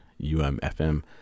UMFM